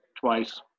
twice